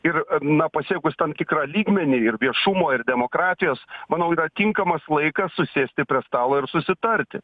ir na pasiekus tam tikrą lygmenį ir viešumo ir demokratijos manau yra tinkamas laikas susėsti prie stalo ir susitarti